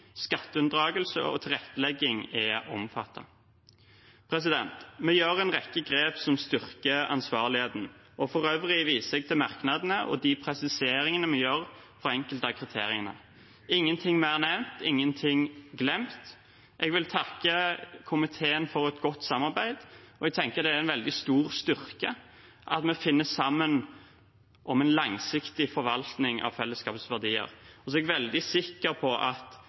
og tilrettelegging er omfattende. Vi gjør en rekke grep som styrker ansvarligheten. For øvrig viser jeg til merknadene og de presiseringene vi gjør for enkelte av kriteriene. Ingenting mer nevnt, ingenting glemt. Jeg vil takke komiteen for et godt samarbeid, og jeg tenker at det er en veldig stor styrke at vi finner sammen om en langsiktig forvaltning av fellesskapets verdier. Og så er jeg veldig sikker på at